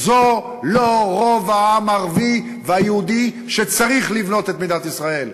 זה לא רוב העם הערבי והיהודי שצריך לבנות את מדינת ישראל.